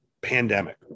pandemic